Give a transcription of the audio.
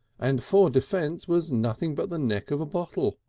and for defence was nothing but the neck of a bottle.